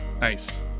Nice